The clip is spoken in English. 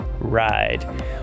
ride